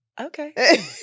Okay